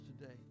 today